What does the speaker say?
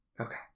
Okay